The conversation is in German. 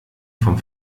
vom